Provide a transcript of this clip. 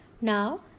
Now